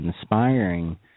inspiring